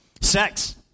Sex